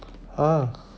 ah